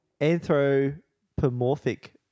anthropomorphic